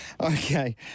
Okay